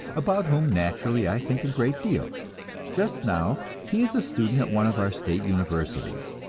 about whom naturally i think a great deal just now he is a student at one of our state universities,